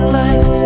life